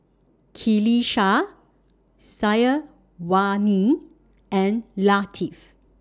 Qalisha Syazwani and Latif